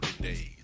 days